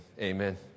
Amen